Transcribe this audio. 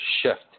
shift